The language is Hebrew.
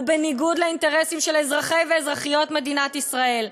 ובניגוד לאינטרסים של אזרחי ואזרחיות מדינת ישראל.